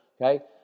okay